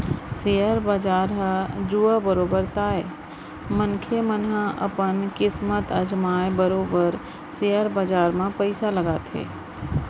share बजार ह जुआ बरोबर तो आय मनखे मन ह अपन किस्मत अजमाय बरोबर सेयर बजार म पइसा लगाथे